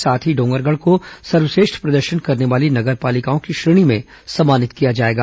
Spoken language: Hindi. साथ ही डोंगरगढ़ को सर्वश्रेष्ठ प्रदर्शन करने वाली नगर पालिकाओं की श्रेणी में सम्मानित किया जाएगा